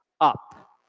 up